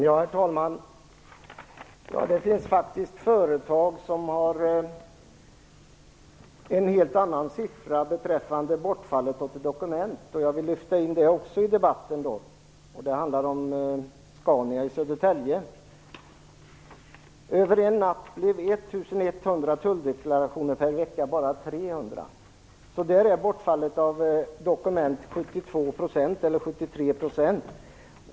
Herr talman! Det finns faktiskt företag som har en helt annan siffra beträffande bortfallet av dokument. Jag vill lyfta in det också i debatten. Det handlar om Scania i Södertälje. Över en natt blev 1 100 tulldeklarationer per vecka bara 300. Där är alltså bortfallet av dokument 72-73 %.